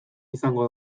izango